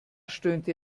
stöhnte